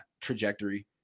trajectory